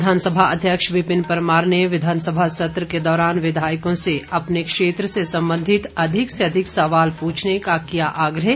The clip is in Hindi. विधानसभा अध्यक्ष विपिन परमार ने विधानसभा सत्र के दौरान विधायकों से अपने क्षेत्र से संबंधित अधिक से अधिक सवाल पूछने का किया आग्रह